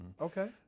okay